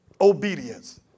Obedience